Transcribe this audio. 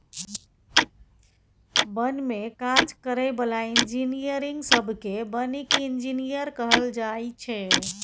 बन में काज करै बला इंजीनियरिंग सब केँ बानिकी इंजीनियर कहल जाइ छै